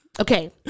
okay